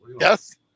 Yes